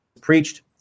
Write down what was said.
preached